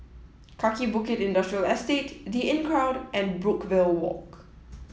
Kaki Bukit Industrial Estate the Inncrowd and Brookvale Walk